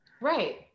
Right